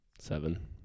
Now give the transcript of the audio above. Seven